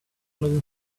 looking